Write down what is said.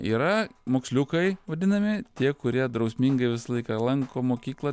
yra moksliukai vadinami tie kurie drausmingai visą laiką lanko mokyklą